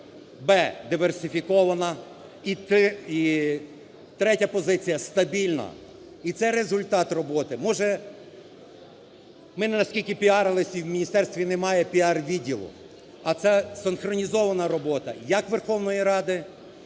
б) диверсифікована і третя позиція – стабільна. І це – результат роботи. Може, ми не настільки піарились і в міністерстві немає піар-відділу, а це синхронізована робота як Верховної Ради,